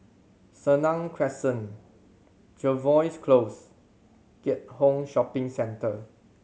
Senang Crescent Jervois Close Keat Hong Shopping Centre